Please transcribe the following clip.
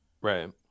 Right